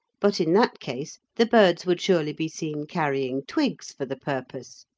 but in that case the birds would surely be seen carrying twigs for the purpose,